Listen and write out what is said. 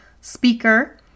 speaker